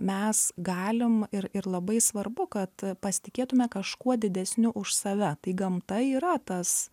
mes galim ir ir labai svarbu kad pasitikėtume kažkuo didesniu už save tai gamta yra tas